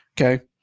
okay